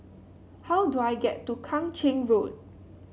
how do I get to Kang Ching Road